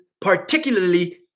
particularly